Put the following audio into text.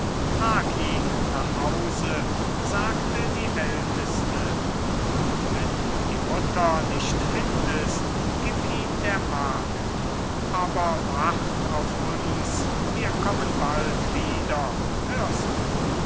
trag ihn nach hause sagte die älteste und wenn du die mutter nicht findest gib ihn der magd aber wart auf uns wir kommen bald wieder hörst du